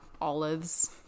olives